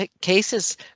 cases